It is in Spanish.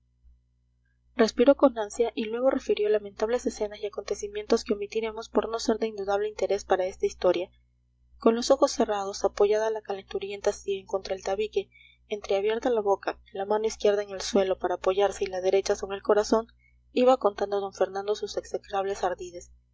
con ansia y luego refirió lamentables escenas y acontecimientos que omitiremos por no ser de indudable interés para esta historia con los ojos cerrados apoyada la calenturienta sien contra el tabique entreabierta la boca la mano izquierda en el suelo para apoyarse y la derecha sobre el corazón iba contando d fernando sus execrables ardides